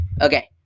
Okay